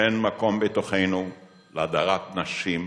אין מקום בתוכנו להדרת נשים,